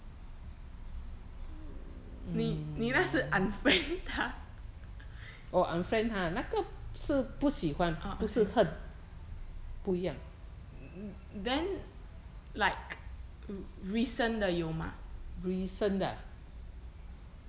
你你那时 unfriend 她 ah okay mm mm mm then like recent 的有吗